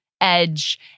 edge